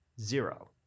zero